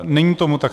Není tomu tak.